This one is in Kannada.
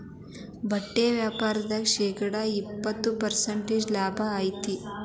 ಬಟ್ಟಿ ವ್ಯಾಪಾರ್ದಾಗ ಶೇಕಡ ಎಪ್ಪ್ತತ ಪರ್ಸೆಂಟಿನಷ್ಟ ಲಾಭಾ ಐತಿ